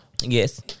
Yes